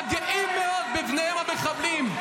הגאים מאוד בבניהם המחבלים,